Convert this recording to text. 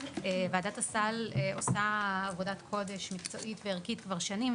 וועדת הסל עושה עבודת קודש כבר המון שנים,